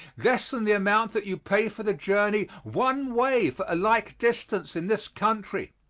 less than the amount that you pay for the journey one way for a like distance in this country.